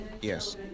Yes